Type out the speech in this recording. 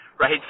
right